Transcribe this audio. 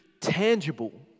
tangible